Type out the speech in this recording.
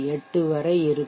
8 வரை இருக்கும்